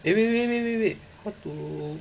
eh wait wait wait wait how to